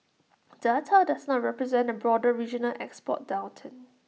data does not represent A broader regional export downturn